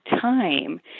time